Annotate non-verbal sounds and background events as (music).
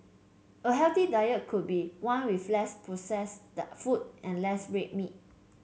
a healthy diet could be one with less processed (unintelligible) foods and less red meat